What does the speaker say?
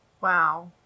Wow